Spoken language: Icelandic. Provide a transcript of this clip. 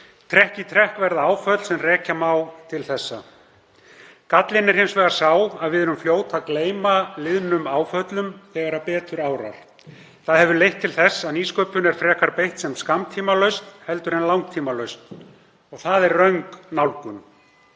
Trekk í trekk verða áföll sem rekja má til þess. Gallinn er hins vegar sá að við erum fljót að gleyma liðnum áföllum þegar betur árar. Það hefur leitt til þess að nýsköpun er frekar beitt sem skammtímalausn en langtímalausn. Það er röng nálgun.